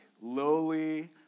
lowly